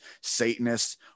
satanists